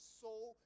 soul